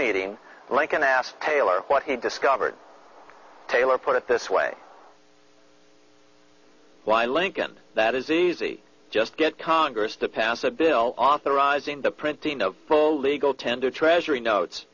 meeting lincoln asked taylor what he discovered taylor put it this way why lincoln that is easy just get congress to pass a bill authorizing the printing of full legal tender treasury notes